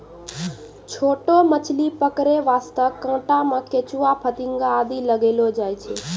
छोटो मछली पकड़ै वास्तॅ कांटा मॅ केंचुआ, फतिंगा आदि लगैलो जाय छै